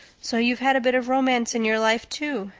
so you've had a bit of romance in your life, too,